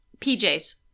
PJs